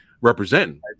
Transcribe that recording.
representing